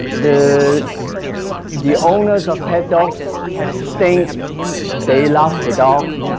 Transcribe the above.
the the owners of pet dogs think they love the dogs